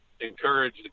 encourage